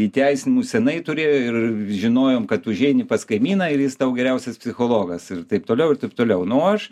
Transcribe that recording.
įteisinimų senai turėjo ir žinojom kad užeini pas kaimyną ir jis tau geriausias psichologas ir taip toliau ir taip toliau nu aš